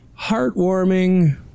Heartwarming